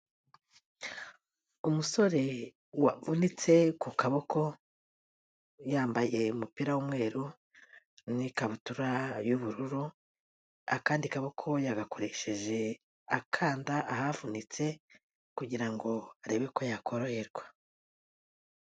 Umusore wavunitse ku kaboko, yambaye umupira w'umweru n'ikabutura y'ubururu, akandi kaboko yagakoresheje akanda ahavunitse, kugira ngo arebe ko yakoroherwa.